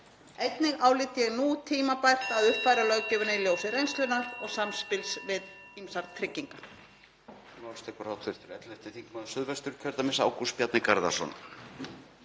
Einnig álít ég nú tímabært að uppfæra löggjöfina í ljósi reynslunnar og samspils við ýmsar tryggingar.